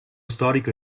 storico